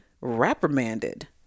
reprimanded